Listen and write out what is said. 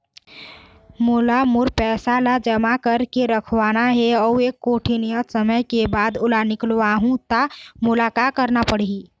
मोला मोर पैसा ला जमा करके रखवाना हे अऊ एक कोठी नियत समय के बाद ओला निकलवा हु ता मोला का करना पड़ही?